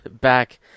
back